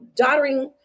daughtering